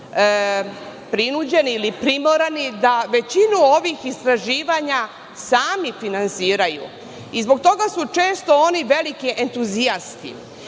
primorani da većinu ovih istraživanja sami finansiraju. Zbog toga su često oni veliki entuzijasti.